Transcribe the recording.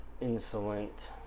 Insolent